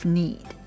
need